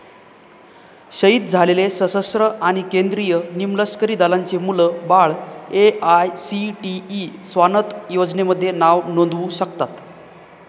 शहीद झालेले सशस्त्र आणि केंद्रीय निमलष्करी दलांचे मुलं बाळं ए.आय.सी.टी.ई स्वानथ योजनेमध्ये नाव नोंदवू शकतात